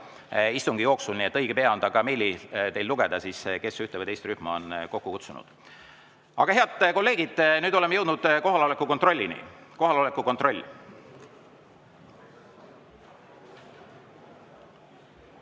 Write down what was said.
istungi jooksul, nii et õige pea on ka meilist teil võimalik lugeda, kes ühe või teise rühma on kokku kutsunud. Aga, head kolleegid, nüüd oleme jõudnud kohaloleku kontrollini. Kohaloleku kontroll.